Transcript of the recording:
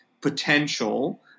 potential